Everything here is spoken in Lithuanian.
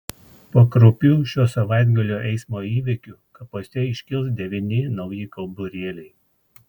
po kraupių šio savaitgalio eismo įvykių kapuose iškils devyni nauji kauburėliai